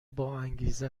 باانگیزه